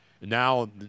Now